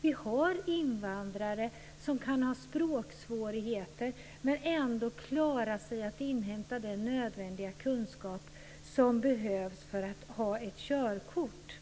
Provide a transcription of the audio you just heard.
Vi har invandrare som kan ha språksvårigheter men som ändå klarar att inhämta den nödvändiga kunskap som behövs för att ha ett körkort.